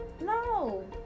No